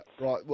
right